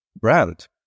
brand